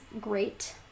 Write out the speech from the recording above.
great